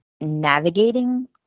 navigating